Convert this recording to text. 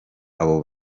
abo